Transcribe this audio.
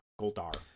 goldar